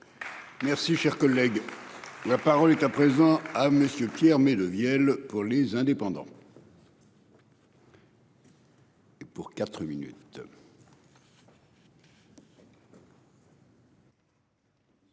Merci cher collègue. La parole est à présent à monsieur Pierre mais de vielles pour les indépendants.